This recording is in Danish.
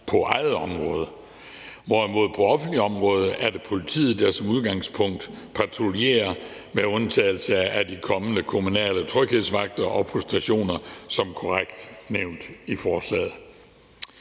på eget område, hvorimod det på offentlige områder er politiet, der som udgangspunkt patruljerer, med undtagelse af de kommende kommunale tryghedsvagter og vagter på stationer som korrekt nævnt i forslaget.